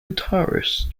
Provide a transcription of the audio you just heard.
guitarist